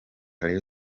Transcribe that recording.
rayon